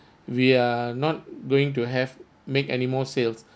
we are not going to have make anymore sales